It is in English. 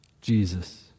Jesus